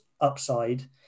upside